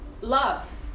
love